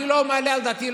אני לא מעלה על דעתי.